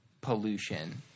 pollution